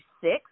six